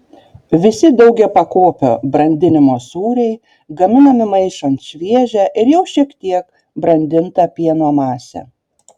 visi daugiapakopio brandinimo sūriai gaminami maišant šviežią ir jau šiek tiek brandintą pieno masę